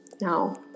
Now